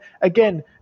again